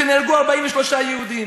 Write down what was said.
כשנהרגו 43 יהודים?